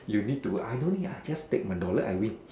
you need to I don't need I just take my dollar I win